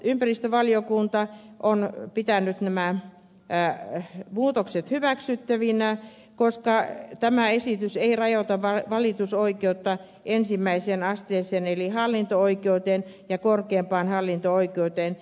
ympäristövaliokunta on pitänyt näitä muutoksia hyväksyttävinä koska tämä esitys ei rajoita valitusoikeutta ensimmäiseen asteeseen eli hallinto oikeuteen